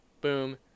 Boom